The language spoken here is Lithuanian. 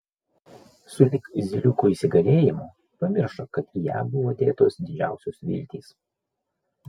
sulig zyliukų įsigalėjimu pamiršo kad į ją buvo dėtos didžiausios viltys